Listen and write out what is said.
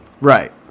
Right